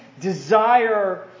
desire